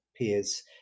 peers